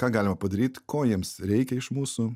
ką galima padaryt ko jiems reikia iš mūsų